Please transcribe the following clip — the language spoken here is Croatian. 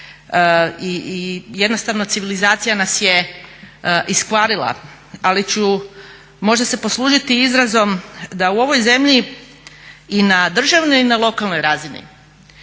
i jednostavno civilizacija nas je iskvarila. Ali ću možda se poslužiti izrazom da u ovoj zemlji i na državnoj i na lokalnoj razini